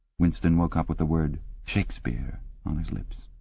winston woke up with the word shakespeare on his lips.